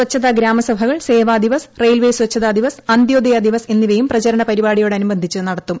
സ്വച്ഛതാ ഗ്രാമസഭകൾ സേവാദിവൻ് റെയിൽവേ സ്വച്ഛതാദിവസ് അന്ത്യോദയ ദിവസ് എന്നിവയും പ്രചരണ പരിപാടിയോട് അനുബന്ധിച്ച് നടത്തും